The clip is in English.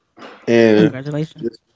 Congratulations